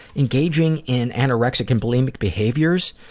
engaging in anorexic and bulimic behaviors,